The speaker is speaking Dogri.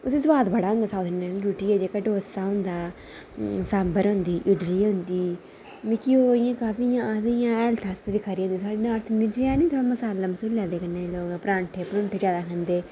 उस सुआद बड़ा होंदा साऊथ इंड़ियन आह्ली रूट्टी गी जेह्का डोसा होंदी साम्भर होंदा इडली होंदी मिगी ओह् आखदे न कि ओह् हैल्थ आस्तै बी खरे होंदे नार्थ इंड़ियन च बी होंदा ना मसाला मसूला परांठे परुंठे ज्यादै खंदे